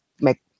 make